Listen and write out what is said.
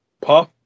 Puff